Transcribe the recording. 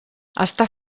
està